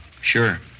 Sure